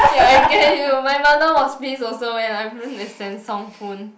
ya I get you my mother was pissed also when I ruined the Samsung phone